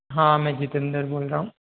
हाँ मैं जितेंदर बोल रहा हूँ